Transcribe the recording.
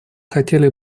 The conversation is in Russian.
хотели